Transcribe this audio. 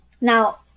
now